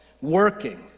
working